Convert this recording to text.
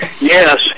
yes